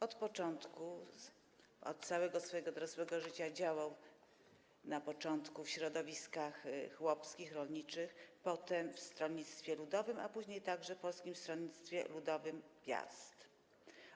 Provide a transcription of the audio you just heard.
Od początku przez całe swoje dorosłe życie działał - na początku w środowiskach chłopskich, rolniczych, potem w Stronnictwie Ludowym, a potem także w Polskim Stronnictwie Ludowym „Piast”